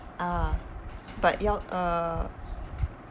ah but you all uh